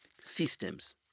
systems